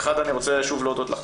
אני רוצה שוב להודות לך,